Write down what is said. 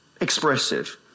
expressive